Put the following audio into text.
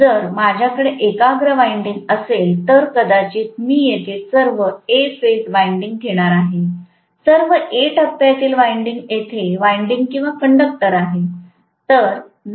जर माझ्याकडे एकाग्र वाइंडिंग असेल तर कदाचित मी येथे सर्व A फेज वाइंडिंग घेणार आहे सर्व A टप्प्यातील वाइंडिंग येथे वाइंडिंग किंवा कंडक्टर आहे